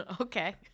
Okay